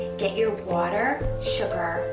get your water, sugar,